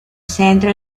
centro